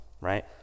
right